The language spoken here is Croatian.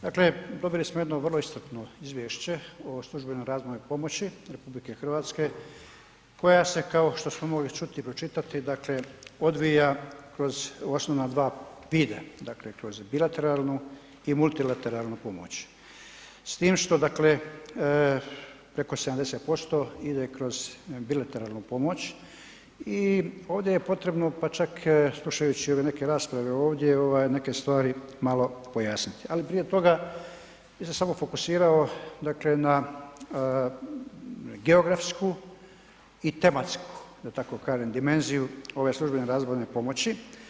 Dakle, dobili smo jedno vrlo iscrpno izvješće o službenoj razvojnoj pomoći RH koja se kao što smo mogli čuti i pročitati dakle odvija kroz osnovna dva ... dakle kroz bilateralnu i multilateralnu pomoć s tim što dakle preko 70% ide kroz bilateralnu pomoć i ovdje je potrebno pa čak slušajući neke rasprave ovdje, neke stvari malo pojasniti ali prije toga bi se samo fokusirao na geografsku i tematsku da tako kažem, dimenziju ove službene razvojne pomoći.